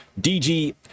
DG